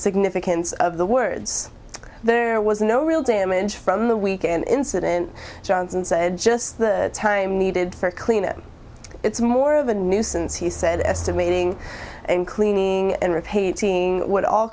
significance of the words there was no real damage from the weekend incident johnson said just the time needed for cleanup it's more of a nuisance he said estimating and cleaning and repaid seeing what all